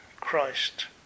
Christ